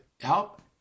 help